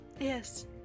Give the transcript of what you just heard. Yes